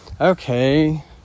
okay